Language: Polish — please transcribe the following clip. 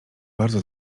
bardzo